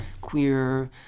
queer